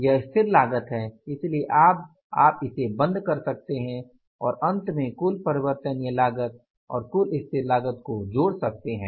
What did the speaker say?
यह स्थिर लागत है इसलिए आप इसे बंद कर सकते हैं और अंत में कुल परिवर्तनीय लागत और कुल स्थिर लागत को जोड़ सकते हैं